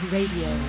Radio